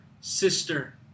sister